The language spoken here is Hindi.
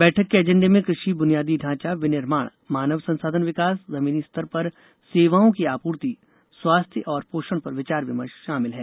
बैठक के एजेंडे में कृषि बुनियादी ढांचा विनिर्माण मानव संसाधन विकास जमीनी स्तर पर सेवाओं की आपूर्ति स्वास्थ्य और पोषण पर विचार विमर्श शामिल हैं